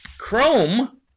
Chrome